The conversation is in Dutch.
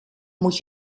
moet